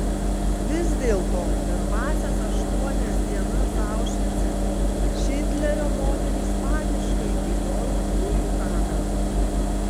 vis dėlto pirmąsias aštuonias dienas aušvice šindlerio moterys paniškai bijojo dujų kamerų